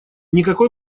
никакой